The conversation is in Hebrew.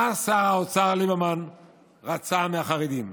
מה שר האוצר ליברמן רצה מהחרדים?